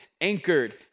anchored